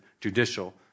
judicial